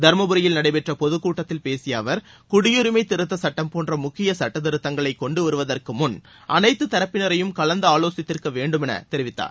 தர்மபுரியில் நடைபெற்ற பொதுக் கூட்டத்தில் பேசிய அவர் குடியுரிமை திருத்த சுட்டம் போன்ற முக்கிய சட்டத்திருத்தங்களைக் கொண்டு வருவதற்கு முன் அனைத்து தரப்பினரையும் கலந்து ஆவோசித்திருக்க வேண்டுமென்று தெரிவித்தார்